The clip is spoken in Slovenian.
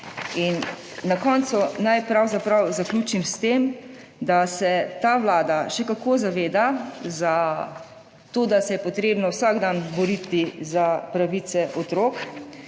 praks. Naj pravzaprav zaključim s tem, da se ta vlada še kako zaveda tega, da se je treba vsak dan boriti za pravice otrok.